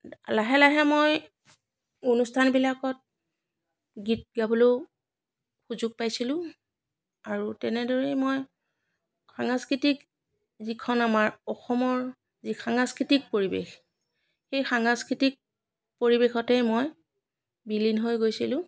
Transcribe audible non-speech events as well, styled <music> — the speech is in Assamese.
<unintelligible> লাহে লাহে মই অনুষ্ঠানবিলাকত গীত গাবলৈও সুযোগ পাইছিলোঁ আৰু তেনেদৰেই মই সাংস্কৃতিক যিখন আমাৰ অসমৰ যি সাংস্কৃতিক পৰিৱেশ সেই সাংস্কৃতিক পৰিৱেশতেই মই বিলীন হৈ গৈছিলোঁ